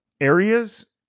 areas